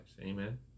Amen